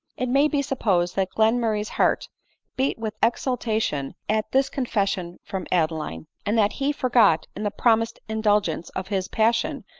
it may be supposed that glenmurray's heart beat with exultation at this confession from adeline, and that he for got, in the promised indulgence of his passion,